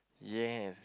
yes